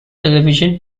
television